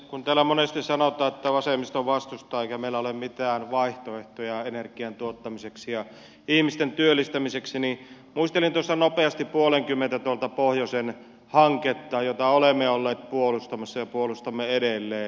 kun täällä monesti sanotaan että vasemmisto vastustaa eikä meillä ole mitään vaihtoehtoja energian tuottamiseksi ja ihmisten työllistämiseksi niin muistelin tuossa nopeasti puolenkymmentä pohjoisen hanketta joita olemme olleet puolustamassa ja puolustamme edelleen